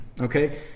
Okay